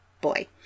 boy